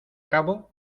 cabo